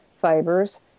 fibers